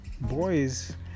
boys